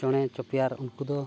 ᱪᱚᱬᱮ ᱪᱚᱯᱮᱭᱟᱨ ᱩᱱᱠᱩ ᱫᱚ